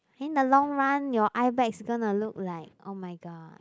in the long run your eyebags gonna to look like oh-my-god